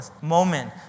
moment